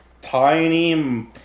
tiny